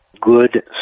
good